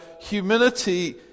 humility